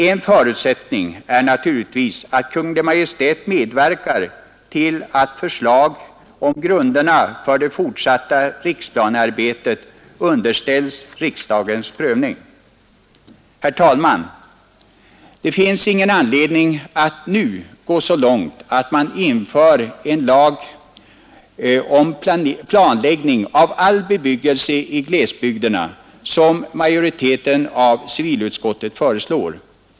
En förutsättning är naturligtvis att Kungl. Maj:t medverkar till att förslag om grunderna för det fortsatta riksplanearbetet underställs riksdagens prövning. Herr talman! Det finns ingen anledning att nu gå så långt att man inför en lag om planläggning av all bebyggelse i glesbygderna, som majoriteten i civilutskottet förslår.